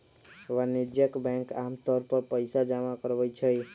वाणिज्यिक बैंक आमतौर पर पइसा जमा करवई छई